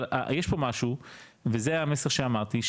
אבל יש פה משהו וזה המסר שאמרתי,